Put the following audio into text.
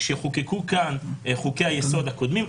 כשחוקקו כאן חוקי-היסוד הקודמים,